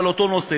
על אותו נושא,